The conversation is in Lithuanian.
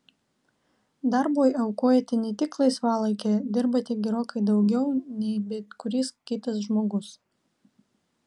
darbui aukojate net tik laisvalaikį dirbate gerokai daugiau nei bet kuris kitas žmogus